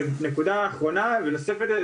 ונקודה אחרונה ונוספת שחשוב לי לציין,